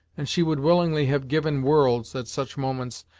and she would willingly have given worlds, at such moments,